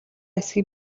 эсэхийг